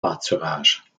pâturages